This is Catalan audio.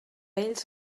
ells